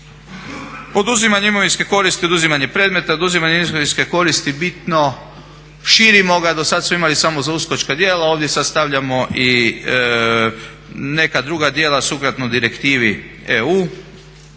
Oduzimanje imovinske koristi, oduzimanje predmeta, oduzimanje imovinske koristi bitno širimo ga. Dosad smo imali samo za uskočka djela, ovdje sad stavljamo i neka druga djela sukladno direktivi EU.